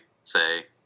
say